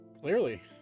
Clearly